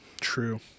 True